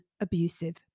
abusive